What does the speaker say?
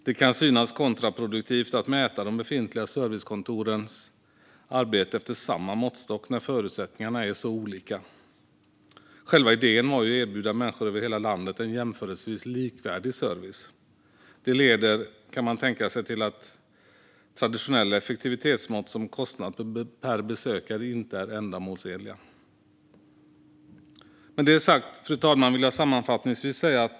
Det kan synas kontraproduktivt att mäta de befintliga servicekontorens arbete efter samma måttstock när förutsättningarna är olika. Själva idén var ju att erbjuda människor över hela landet en jämförelsevis likvärdig service. Det leder, kan man tänka sig, till att traditionella effektivitetsmått, exempelvis kostnad per besökare, inte är ändamålsenliga. Med detta sagt, fru talman, vill jag sammanfattningsvis säga följande.